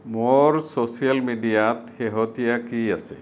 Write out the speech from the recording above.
মোৰ ছ'চিয়েল মিডিয়াত শেহতীয়া কি আছে